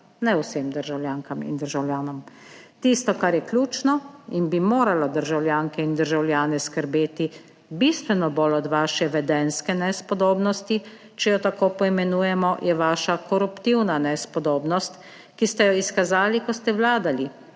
ne vsem državljankam in državljanom. Tisto kar je ključno in bi moralo državljanke in državljane skrbeti bistveno bolj od vaše vedenjske nespodobnosti, če jo tako poimenujemo, je vaša koruptivna nespodobnost, ki ste jo izkazali, ko ste vladali